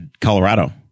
Colorado